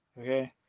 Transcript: Okay